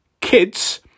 kids